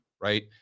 Right